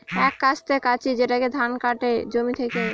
এক কাস্তে কাঁচি যেটাতে ধান কাটে জমি থেকে